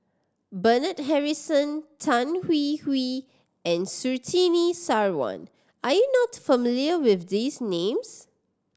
Bernard Harrison Tan Hwee Hwee and Surtini Sarwan are you not familiar with these names